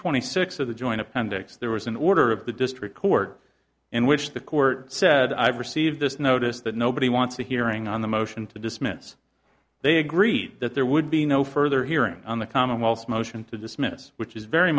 twenty six of the joint conduct's there was an order of the district court in which the court said i've received this notice but nobody wants a hearing on the motion to dismiss they agreed that there would be no further hearing on the commonwealth motion to dismiss which is very